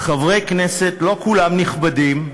חברי כנסת, לא כולם נכבדים,